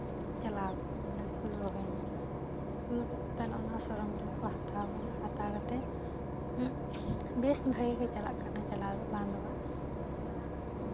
ᱪᱟᱞᱟᱣ ᱚᱸᱰᱮ ᱠᱷᱩᱞᱟᱹᱣ ᱦᱩᱭᱱᱟ ᱚᱱᱟ ᱠᱷᱩᱞᱟᱹᱣ ᱠᱟᱛᱮᱜ ᱛᱟᱦᱚᱞᱮ ᱚᱱᱟ ᱥᱚᱨᱚᱧᱡᱟᱢ ᱠᱚ ᱦᱟᱛᱟᱣ ᱦᱩᱭᱱᱟ ᱦᱟᱛᱟᱣ ᱠᱟᱛᱮᱜ ᱵᱮᱥ ᱵᱷᱟᱹᱜᱤ ᱜᱮ ᱪᱟᱞᱟᱜ ᱠᱟᱱᱟ ᱪᱟᱞᱟᱣ ᱫᱚ ᱵᱟᱝ ᱫᱚ ᱵᱟᱝ ᱚᱱᱟ